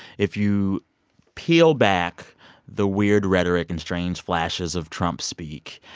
if you peel back the weird rhetoric and strange flashes of trump-speak,